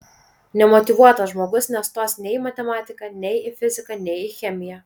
nemotyvuotas žmogus nestos nei į matematiką nei į fiziką nei į chemiją